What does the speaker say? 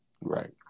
Right